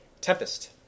Tempest